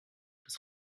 das